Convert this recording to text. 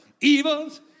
evils